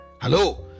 Hello